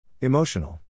Emotional